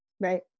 Right